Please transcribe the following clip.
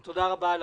לך,